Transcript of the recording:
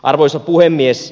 arvoisa puhemies